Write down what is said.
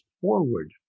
forward